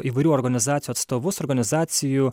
įvairių organizacijų atstovus organizacijų